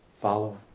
follow